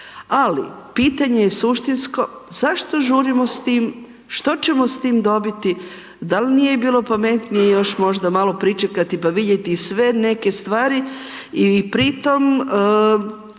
ali pitanje je suštinsko, zašto žurimo s tim, što ćemo s tim dobiti, dal nije bilo pametnije još možda malo pričekati pa vidjeti sve neke stvari i pritom